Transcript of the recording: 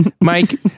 Mike